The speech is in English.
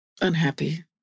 unhappy